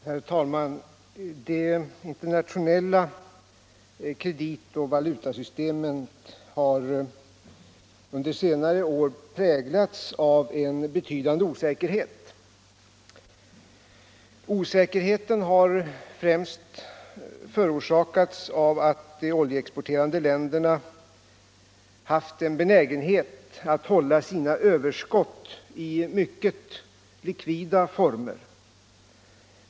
Herr talman! Det internationella kreditoch valutasystemet har under senare år präglats av en betydande osäkerhet. Osäkerheten har främst förorsakats av att de oljeexporterande länderna haft en benägenhet att hålla sina överskott i mycket likvida former.